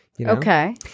Okay